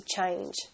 change